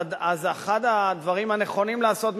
אז אחד הדברים הנכונים לעשות,